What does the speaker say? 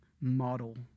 model